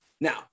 now